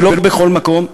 ולא בכל מקום,